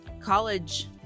college